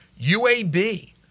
UAB